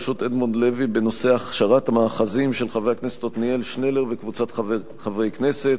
אדוני היושב-ראש, כבוד השר, חברות וחברי הכנסת,